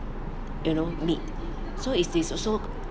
you know meet so is this also